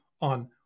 on